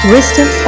Wisdom